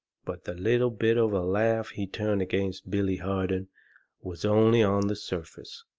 but the little bit of a laugh he turned against billy harden was only on the surface,